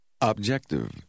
Objective